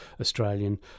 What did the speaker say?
Australian